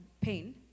pain